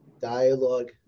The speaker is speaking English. dialogue